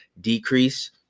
decrease